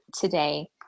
today